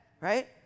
right